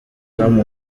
com